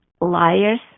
liars